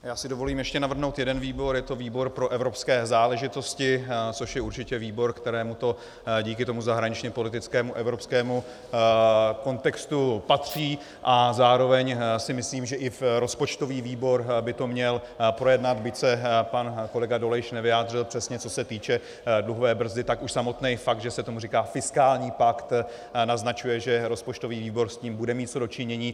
Já si dovolím ještě navrhnout jeden výbor a je to výbor pro evropské záležitosti, což je určitě výbor, kterému to díky tomu zahraničněpolitickému evropskému kontextu patří, a zároveň si myslím, že i rozpočtový výbor by to měl projednat, byť se pan kolega Dolejš nevyjádřil přesně, co se týče dluhové brzdy, tak už samotný fakt, že se tomu říká fiskální pakt, naznačuje, že rozpočtový výbor s tím bude mít co do činění.